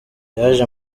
yaje